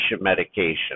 medication